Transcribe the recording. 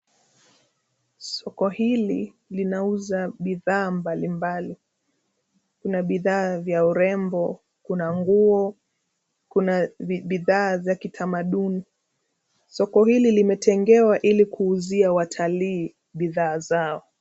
Soko hili linauza bidhaa mbalimbali. Kuna bidhaa vya urembo, kuna nguo, kuna bidhaa za kitamaduni. Soko hili limetengewa ili kuuzia watalii bidhaa zao.